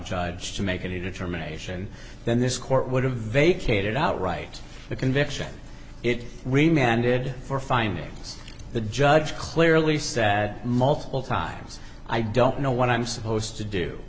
judge to make any determination then this court would have vacated outright the conviction it reminded for findings the judge clearly said that multiple times i don't know what i'm supposed to do